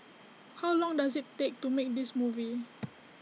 how long did IT take to make this movie